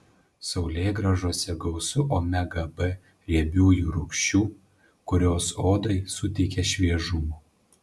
saulėgrąžose gausu omega b riebiųjų rūgščių kurios odai suteikia šviežumo